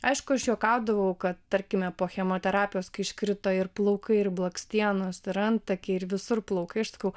aišku aš juokaudavau kad tarkime po chemoterapijos kai iškrito ir plaukai ir blakstienos ir antakiai ir visur plaukai aš sakau